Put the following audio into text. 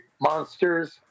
Monsters